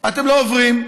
אתם לא עוברים.